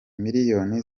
miliyoni